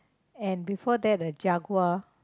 and before that a Jaguar